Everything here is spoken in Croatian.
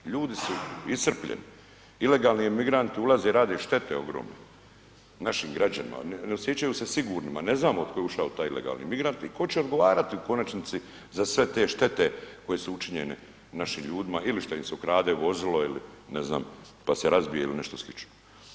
Ljudi su iscrpljeni, ilegalni migranti ulaze i rade štete ogromne našim građanima, ne osjećaju se sigurnima, ne znamo od kuda je ušao taj ilegalni migrant i tko će odgovarati u konačnici za sve te štete koje su učinjene našim ljudima, ili što im se ukrade vozilo ili ne znam pa se razbije ili nešto slično.